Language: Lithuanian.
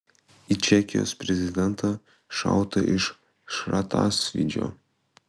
į čekijos prezidentą šauta iš šratasvydžio